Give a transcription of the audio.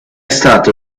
stato